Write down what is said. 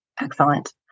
Excellent